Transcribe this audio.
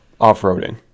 off-roading